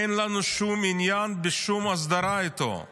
אין לנו שום עניין בשום הסדרה איתו,